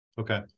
Okay